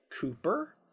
cooper